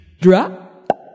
Drop